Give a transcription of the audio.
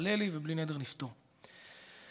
תעלה לי, ובלי נדר נפתור את זה.